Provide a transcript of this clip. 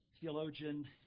theologian